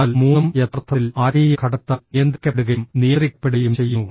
എന്നാൽ മൂന്നും യഥാർത്ഥത്തിൽ ആത്മീയ ഘടകത്താൽ നിയന്ത്രിക്കപ്പെടുകയും നിയന്ത്രിക്കപ്പെടുകയും ചെയ്യുന്നു